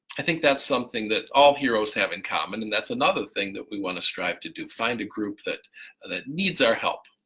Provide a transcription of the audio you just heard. i think that's something that all heroes have in common and that's another thing that we want to strive to do, find a group that that needs our help.